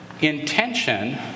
intention